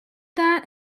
that